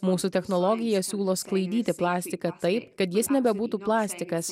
mūsų technologija siūlo sklaidyti plastiką taip kad jis nebebūtų plastikas